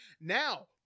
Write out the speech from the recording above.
Now